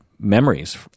memories